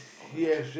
oh it was